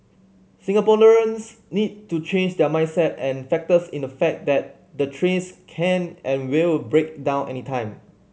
Singaporeans need to change their mindset and factors in the fact that the trains can and will break down anytime